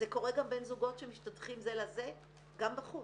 זה קורה גם בין זוגות שמשתדכים זה לזה גם בחוץ.